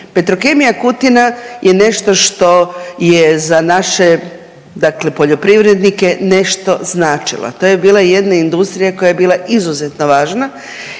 Petrokemija Kutina je nešto što je za naše dakle poljoprivrednike nešto značila. To je bila jedna industrija koja je bila izuzetno važna